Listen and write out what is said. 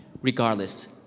regardless